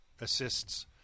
assists